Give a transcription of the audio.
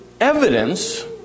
evidence